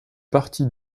partie